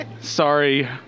Sorry